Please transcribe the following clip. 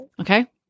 Okay